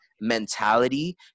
mentality